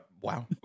wow